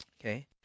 Okay